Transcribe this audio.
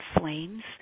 flames